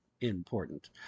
important